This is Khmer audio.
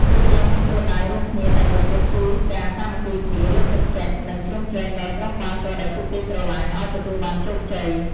ពួកគេមានគោលដៅរួមគ្នាតែមួយគត់គឺការសាមគ្គីគ្នាលើកទឹកចិត្ត និង ជ្រោមជ្រែងដល់ក្រុមបាល់ទាត់ដែលពួកគេស្រលាញ់ឱ្យទទួលបានជោគជ័យ។